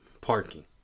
parking